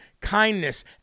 kindness